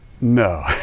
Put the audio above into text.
No